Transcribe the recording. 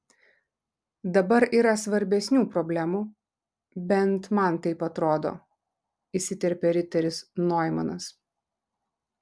dabar yra svarbesnių problemų bent man taip atrodo įsiterpė riteris noimanas